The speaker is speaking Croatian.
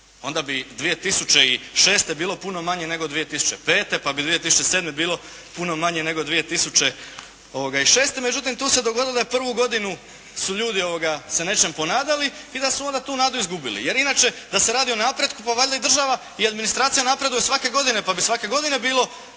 onda bi 2006. bilo puno manje nego 2005., pa bi 2007. bilo puno manje nego 2006., međutim tu se dogodilo da prvu godinu su ljudi se nečem ponadali i da su onda tu nadu izgubili, jer inače da se radi o napretku, pa valjda i država i administracija napreduju svake godine pa bi svake godine bilo